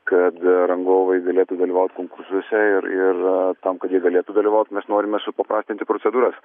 kad rangovai galėtų dalyvaut konkursuose ir ir tam kad jie galėtų dalyvaut mes norime supaprastinti procedūras